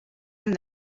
amb